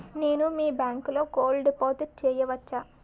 నేను మీ బ్యాంకులో గోల్డ్ డిపాజిట్ చేయవచ్చా?